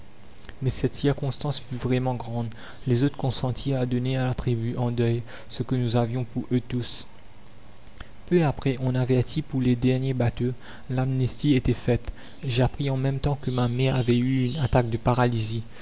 mais cette circonstance fut vraiment grande les autres consentirent à donner à la tribu en deuil ce que nous avions pour eux tous la commune peu après on avertit pour les derniers bateaux l'amnistie était faite j'appris en même temps que ma mère avait eu une attaque de paralysie